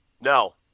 no